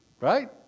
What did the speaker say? right